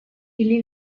или